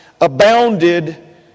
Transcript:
abounded